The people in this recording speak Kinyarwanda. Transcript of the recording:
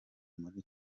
muri